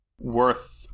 worth